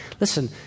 listen